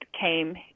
came